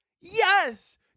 Yes